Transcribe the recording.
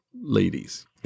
ladies